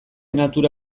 natura